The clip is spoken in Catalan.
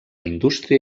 indústria